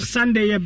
Sunday